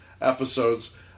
episodes